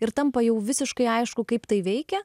ir tampa jau visiškai aišku kaip tai veikia